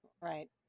Right